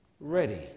ready